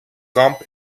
kamp